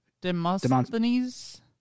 Demosthenes